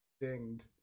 dinged